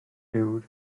uwd